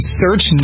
search